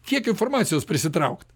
tiek informacijos prisitraukt